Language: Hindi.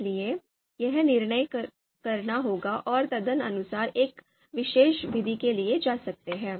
इसलिए यह निर्णय करना होगा और तदनुसार हम एक विशेष विधि के लिए जा सकते हैं